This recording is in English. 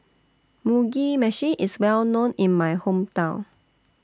Mugi Meshi IS Well known in My Hometown